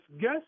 guess